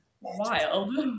wild